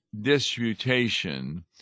Disputation